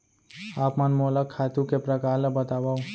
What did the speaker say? आप मन मोला खातू के प्रकार ल बतावव?